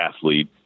athlete